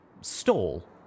Stall